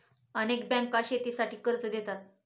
अनेक बँका शेतीसाठी कर्ज देतात